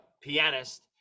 pianist